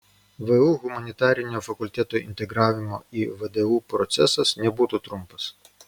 vu humanitarinio fakulteto integravimo į vdu procesas nebūtų trumpas